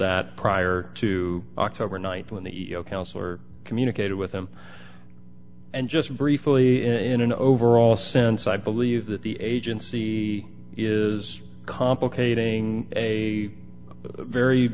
that prior to october th when the counselor communicated with him and just briefly in an overall sense i believe that the agency is complicating a very